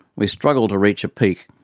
we struggle to reach a peak,